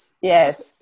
yes